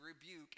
rebuke